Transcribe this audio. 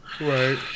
Right